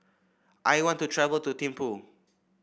I want to travel to Thimphu